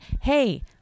hey